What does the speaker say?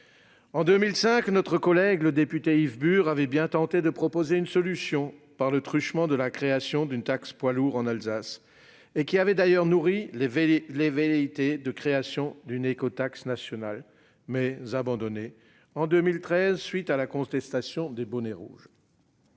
En 2005, notre collègue, le député Yves Bur avait bien tenté de proposer une solution, avec la création d'une taxe poids lourds en Alsace. Cela avait d'ailleurs nourri les velléités de création d'une écotaxe nationale, option abandonnée en 2013 à la suite de la contestation des « bonnets rouges